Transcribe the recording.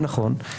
נכון.